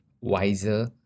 wiser